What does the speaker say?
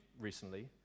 recently